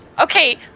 Okay